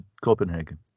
Copenhagen